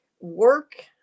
work